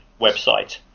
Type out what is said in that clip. website